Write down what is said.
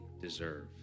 deserve